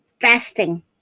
Fasting